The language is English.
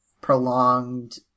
prolonged